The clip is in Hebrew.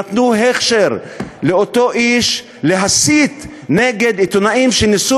נתנו הכשר לאותו איש להסית נגד עיתונאים שניסו